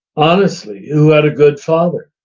honestly, who had a good father.